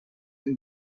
and